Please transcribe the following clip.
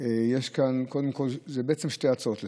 יש כאן קודם כול, אלה בעצם שתי הצעות לסדר-היום.